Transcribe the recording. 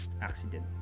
accident